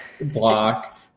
block